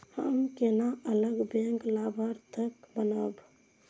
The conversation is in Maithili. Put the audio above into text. हम केना अलग बैंक लाभार्थी बनब?